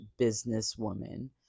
businesswoman